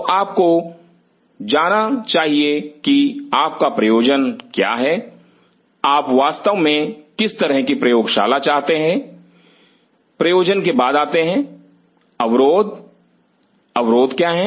तो आपको जाना चाहिए कि आपका प्रयोजन क्या है आप वास्तव में किस तरह की प्रयोगशाला चाहते थे प्रयोजन के बाद आते हैं अवरोध अवरोध क्या हैं